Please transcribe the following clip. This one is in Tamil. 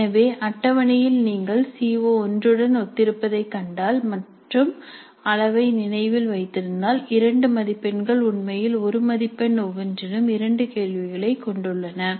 எனவே அட்டவணையில் நீங்கள் சி ஓ1 உடன் ஒத்திருப்பதைக் கண்டால் மற்றும் அளவை நினைவில் வைத்திருந்தால் 2 மதிப்பெண்கள் உண்மையில் 1 மதிப்பெண் ஒவ்வொன்றிலும் இரண்டு கேள்விகளைக் கொண்டுள்ளன